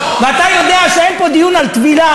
ואתה יודע שאין פה דיון על טבילה,